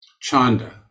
Chanda